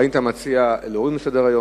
האם אתה מציע להוריד אותה מסדר-היום?